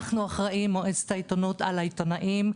אנחנו מועצת העיתונות אחראים על העיתונאים.